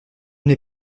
n’ai